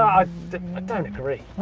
i don't agree.